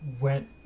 went